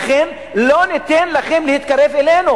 ולכן לא ניתן לכם להתקרב אלינו.